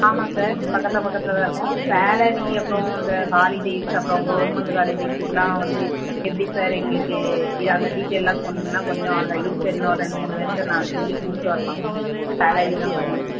ஆமாம் சார் பக்கத்தில் பக்கத்தில் தான் இருக்கோம் சேலரி அப்புறம் இந்த ஹாலிடேஸ் அப்புறம் கவுர்மெண்ட் ஹாலிடேஸ் இதலாம் வந்து எப்படி சார் எங்களுக்கு இது அந்த டீட்டெயில்லாம் சொன்னீங்கன்னா கொஞ்சம் அந்த இருக்க இன்னும் ரெண்டு மூணு பேர்த்தை நான் சொல்லி கூப்பிட்டு வரலாம் சேலரிலாம் கொஞ்சம்